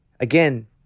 Again